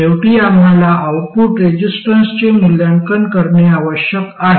शेवटी आम्हाला आउटपुट रेझिस्टन्सचे मूल्यांकन करणे आवश्यक आहे